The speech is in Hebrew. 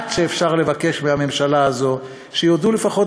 המעט שאפשר לבקש מממשלת ישראל הוא שיודו לפחות